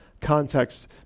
context